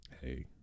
hey